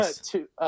Two